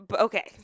Okay